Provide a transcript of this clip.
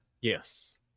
Yes